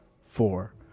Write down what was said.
four